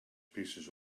pieces